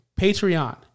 Patreon